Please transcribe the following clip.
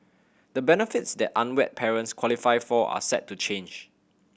the benefits that unwed parents qualify for are set to change